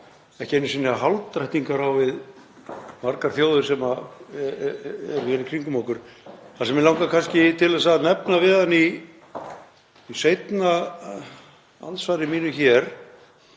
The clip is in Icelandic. ekki einu sinni hálfdrættingar á við margar þjóðir sem eru í kringum okkur. Það sem mig langar kannski til að nefna við hann í seinna andsvari mínu hér